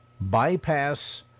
bypass